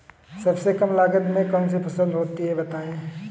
सबसे कम लागत में कौन सी फसल होती है बताएँ?